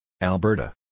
Alberta